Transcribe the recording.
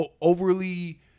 overly